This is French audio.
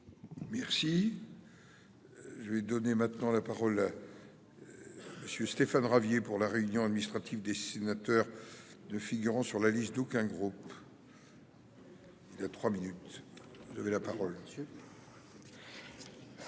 Merci. Je vais donner maintenant la parole à. Monsieur Stéphane Ravier pour la réunion administrative dessinateur de figurant sur la liste d'aucun groupe. Le. Il y a 3 minutes. Vous avez la parole